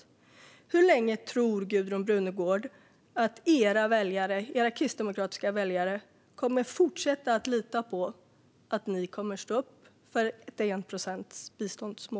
Jag undrar: Hur länge tror Gudrun Brunegård att de kristdemokratiska väljarna kommer att fortsätta lita på att partiet står upp för ett enprocentsmål för biståndet?